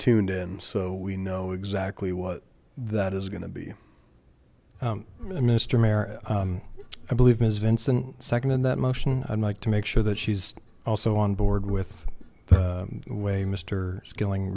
tuned in so we know exactly what that is going to be mr mayor i believe ms vincent second in that motion i'd like to make sure that she's also on board with the way mr skilling